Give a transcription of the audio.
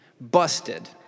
Busted